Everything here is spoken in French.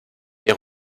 des